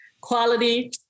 Quality